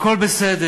הכול בסדר.